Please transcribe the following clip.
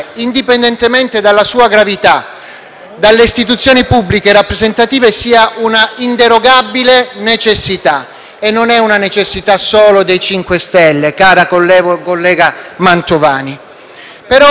dalle istituzioni pubbliche rappresentative sia una inderogabile necessità, e non è una necessità solo del MoVimento 5 Stelle, cara collega Mantovani. Assumono, però, rilievo anche le modalità